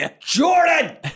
Jordan